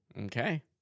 okay